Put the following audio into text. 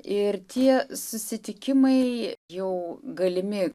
ir tie susitikimai jau galimi